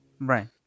Right